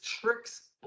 tricks